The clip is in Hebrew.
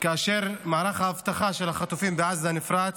כאשר מערך האבטחה של החטופים בעזה נפרץ,